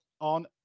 on